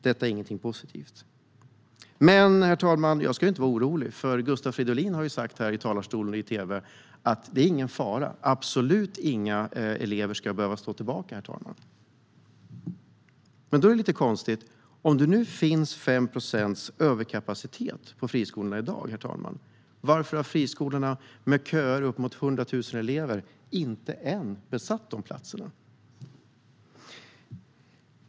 Detta är inget positivt. Men, herr talman, jag ska ju inte vara orolig, för Gustav Fridolin har ju sagt här i talarstolen och i tv att det inte är någon fara och att absolut inga elever ska behöva stå tillbaka. Då är det lite konstigt. Om det finns 5 procents överkapacitet i friskolorna i dag, varför har de friskolor som har köer med uppemot 100 000 elever inte besatt de platserna?